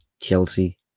Chelsea